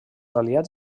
aliats